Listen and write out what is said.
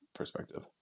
Perspective